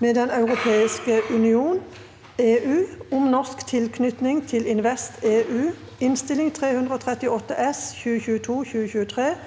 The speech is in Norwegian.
med Den europeiske union (EU) om norsk tilknytning til InvestEU (Innst. 338 S (2022–2023),